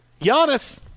Giannis